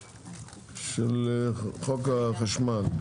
של חוק החשמל.